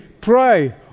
pray